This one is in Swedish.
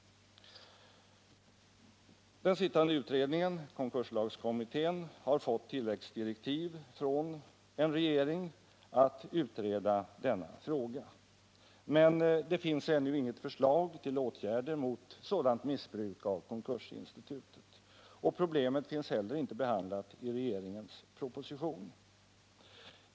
Den sittande utredningen, konkurslagskommittén, har fått tilläggsdirektiv för att utreda denna fråga, men det föreligger ännu inget förslag till åtgärder mot sådant missbruk av konkursinstitutet. Problemet finns heller inte behandlat i regeringens proposition.